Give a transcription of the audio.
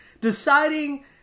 Deciding